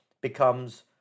becomes